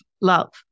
love